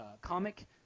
comic